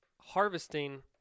harvesting